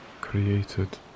created